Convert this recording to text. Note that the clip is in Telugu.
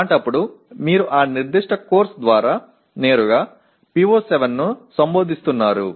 అలాంటప్పుడు మీరు ఆ నిర్దిష్ట కోర్సు ద్వారా నేరుగా PO7 ను సంబోధిస్తున్నారు